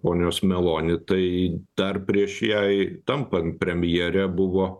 ponios meloni tai dar prieš jai tampant premjere buvo